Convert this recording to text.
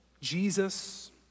Jesus